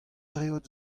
reot